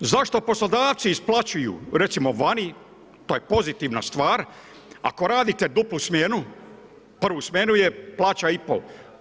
Zašto poslodavci isplaćuju, recimo vani, to je pozitivna stvar, ako radite duplu smjenu, prvu smjenu je plaća i pol.